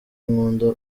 nkunda